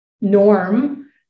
norm